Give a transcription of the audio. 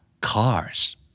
cars